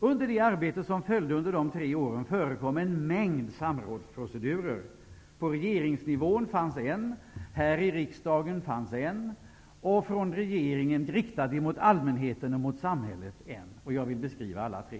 Under det arbete som följde under de tre åren förekom en mängd samrådsprocedurer. Det var en på regeringsnivå, en här i riksdagen och en utgående från regeringen, riktat mot allmänheten och samhället. Jag vill beskriva alla tre.